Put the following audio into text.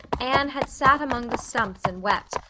anne had sat among the stumps and wept,